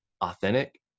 authentic